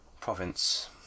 province